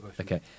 okay